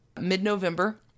mid-November